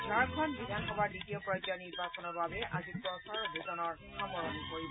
ঝাৰখণ্ড বিধানসভাৰ দ্বিতীয় পৰ্যায়ৰ নিৰ্বাচনৰ বাবে আজি প্ৰচাৰ অভিযানৰ সামৰণি পৰিব